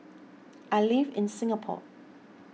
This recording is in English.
I live in Singapore